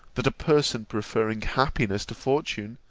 that a person preferring happiness to fortune,